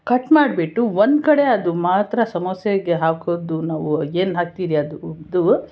cut ಮಾಡಿಬಿಟ್ಟು ಒಂದು ಕಡೆ ಅದು ಮಾತ್ರ ಸಮೋಸೆಗೆ ಹಾಕೋದು ನಾವು ಏನು ಹಾಕ್ತೀರಿ ಅದು ಹುರಿದು